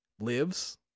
Lives